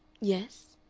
yes?